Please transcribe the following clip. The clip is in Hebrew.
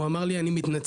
הוא אמר לי 'אני מתנצל,